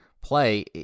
play